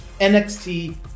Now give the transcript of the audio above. NXT